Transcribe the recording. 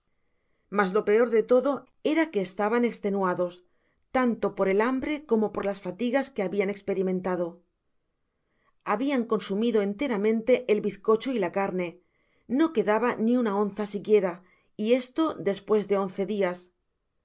mas lo peor de todo era que estaban estenuados tanto por el hambre como por las fatigas que habian esper mentado habian consumido enteramente el bizcocho y la carne no quedaba ni una onza siquiera y esto despues de once dias